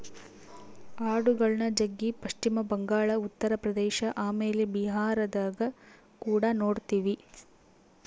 ಆಡುಗಳ್ನ ಜಗ್ಗಿ ಪಶ್ಚಿಮ ಬಂಗಾಳ, ಉತ್ತರ ಪ್ರದೇಶ ಆಮೇಲೆ ಬಿಹಾರದಗ ಕುಡ ನೊಡ್ತಿವಿ